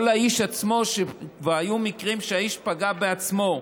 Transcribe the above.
או לאיש עצמו, והיו מקרים שהאיש פגע בעצמו,